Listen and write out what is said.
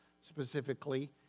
specifically